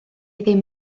ddim